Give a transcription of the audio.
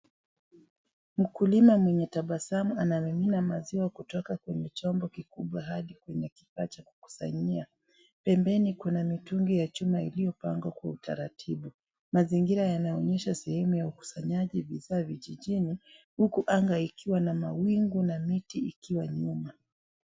Mkulima mwenye tabasamu anamimina maziwa kutoka kwenye chombo kikubwa hadi kwenye kifaa cha kukusanyia. Pembeni kuna mitungi ya chuma iliyopangwa kwa utaratibu. Mazingira yanaonysha sehemu ya ukusanyaji vifaa vijijini huku anga ikiwa na mawingu na miti kwa nyuma.